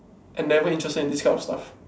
and never interested in this kind of stuff